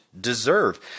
deserve